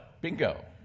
Bingo